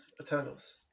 Eternals